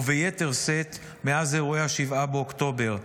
וביתר שאת מאז אירועי 7 באוקטובר.